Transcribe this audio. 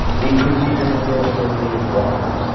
decreases in the availability of water,